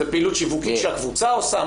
זו פעילות שיווקית שהקבוצה עושה?